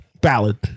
Ballad